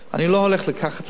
אני לא הולך לקחת לאף אחד,